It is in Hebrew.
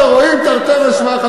תרתי משמע, תרתי משמע.